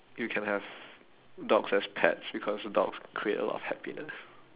you can have dogs as pets because dogs create a lot of happiness